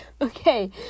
Okay